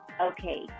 okay